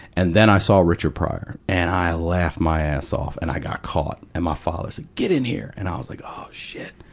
and then i saw richard pryor. and i laughed my ass off and i got caught. and my father's, get in here! and i was like, oh shit.